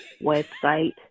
website